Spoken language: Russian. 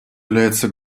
является